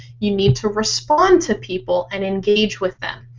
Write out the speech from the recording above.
you need to respond to people. and engage with them.